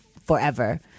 forever